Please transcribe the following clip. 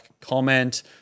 comment